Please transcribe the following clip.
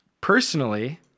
Personally